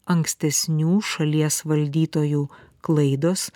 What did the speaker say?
ankstesnių šalies valdytojų klaidos